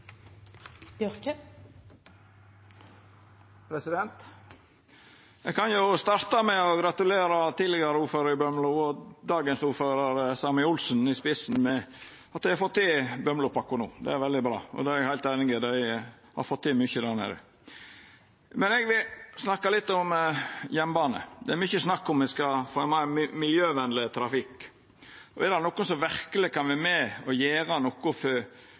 kan starta med å gratulera tidlegare ordførar i Bømlo og dagens ordførar, Sammy Olsen, med at dei no har fått til Bømlo-pakka. Det er veldig bra. Eg er heilt einig i at dei har fått til mykje der nede. Men eg vil snakka litt om jernbane. Det er mykje snakk om at me skal få ein meir miljøvenleg trafikk, og er det noko som verkeleg kan vera med og gjera noko for